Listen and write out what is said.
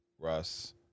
Russ